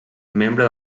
membre